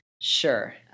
Sure